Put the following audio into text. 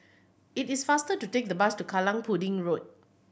it is faster to take the bus to Kallang Pudding Road